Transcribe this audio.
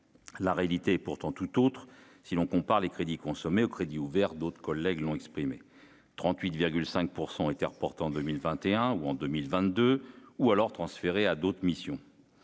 la réalité est pourtant tout autre : si l'on compare les crédits consommés au crédit ouvert d'autres collègues l'ont exprimé trente-huit cinq pour portant 2021 ou en 2022 ou alors transféré à d'autres missions,